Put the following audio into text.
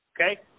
Okay